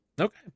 okay